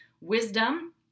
wisdom